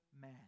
man